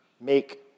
make